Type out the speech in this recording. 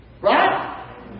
right